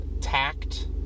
tact